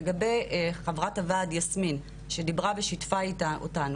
לגבי חברת הועד יסמין שדיברה ושיתפה אותנו